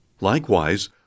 Likewise